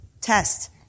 Test